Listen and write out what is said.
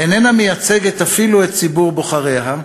איננה מייצגת אפילו את ציבור בוחריה,